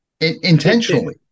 Intentionally